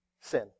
Sin